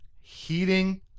heating